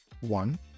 one